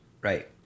Right